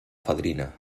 fadrina